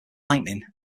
lightning